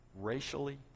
racially